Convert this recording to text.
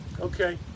Okay